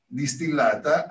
distillata